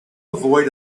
avoid